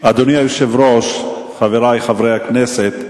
אדוני היושב-ראש, חברי חברי הכנסת,